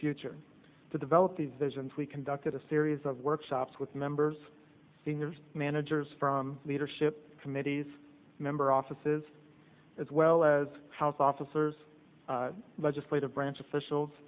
future to develop these visions we conducted a series of workshops with members of managers from leadership committees member offices as well as house officers legislative branch officials